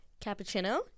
Cappuccino